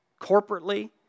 corporately